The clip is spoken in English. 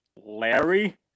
Larry